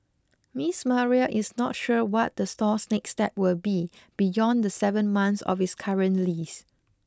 Miss Maria is not sure what the store's next step will be beyond the seven months of its current lease